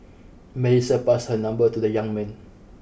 Melissa passed her number to the young man